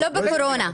לא בקורונה.